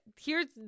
here's-